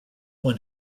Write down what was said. when